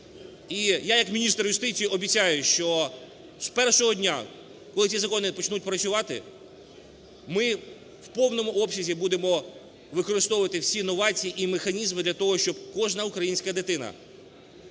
я як міністр юстиції обіцяю, що з першого дня, коли ці закони почнуть працювати, ми в повному обсязі будемо використовувати всі новації і механізми для того, щоб кожна українська дитина,